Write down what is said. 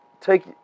take